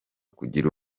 kugira